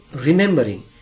remembering